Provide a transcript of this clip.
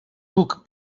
guk